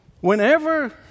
Whenever